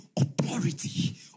authority